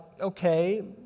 okay